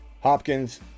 Hopkins